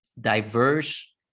diverse